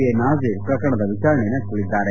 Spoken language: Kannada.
ಎ ನಝೀರ್ ಪ್ರಕರಣದ ವಿಚಾರಣೆ ನಡೆಸಲಿದ್ದಾರೆ